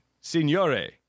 signore